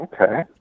Okay